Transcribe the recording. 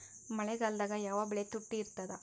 ಮಳೆಗಾಲದಾಗ ಯಾವ ಬೆಳಿ ತುಟ್ಟಿ ಇರ್ತದ?